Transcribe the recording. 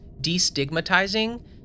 destigmatizing